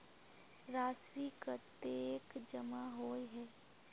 राशि कतेक जमा होय है?